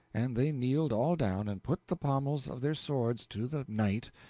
and they kneeled all down and put the pommels of their swords to the knight,